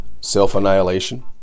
self-annihilation